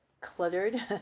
cluttered